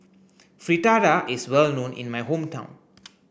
Fritada is well known in my hometown